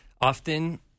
often